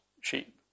sheep